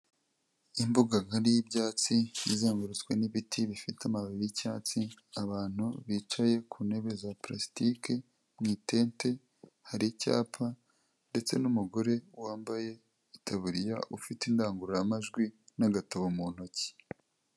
Imbuga ngari y'ibyatsi izengurutswe n'ibiti bifite amababi y'icyatsi, abantu bicaye ku ntebe za parasitike mu itente, hari icyapa ndetse n'umugore wambaye itaburiya ufite indangururamajwi n'agatabo mu ntoki.